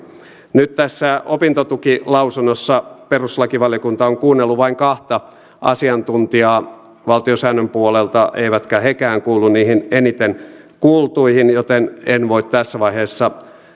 nyt tässä opintotukilausunnossa perustuslakivaliokunta on kuunnellut vain kahta asiantuntijaa valtiosäännön puolelta eivätkä hekään kuulu niihin eniten kuultuihin joten en voi tässä vaiheessa